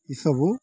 ଏସବୁ